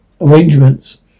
arrangements